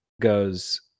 goes